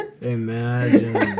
Imagine